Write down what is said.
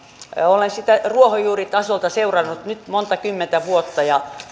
olen sitä ruohonjuuritasolta seurannut nyt monta kymmentä vuotta ja